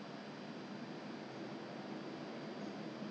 oh oh I didn't I did not know that muslim